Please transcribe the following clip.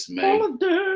Holiday